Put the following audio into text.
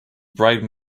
bright